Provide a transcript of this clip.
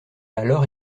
alors